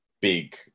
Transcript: big